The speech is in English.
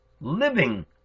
Living